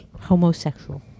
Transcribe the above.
Homosexual